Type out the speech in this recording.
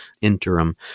interim